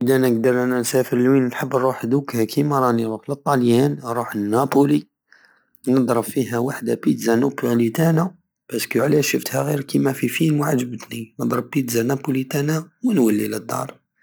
اذا نقدر نسافر لوين نحب نروح دوكا كيما راني نروح لطاليان نروح لنابولي ندرب فيها وحدى بيتزا نابوليتانة باسكو علاش شفتها غيركيما في فيلم وعجبتني ندرب بيتزا نابوليتانة ونولي لدار